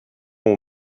aux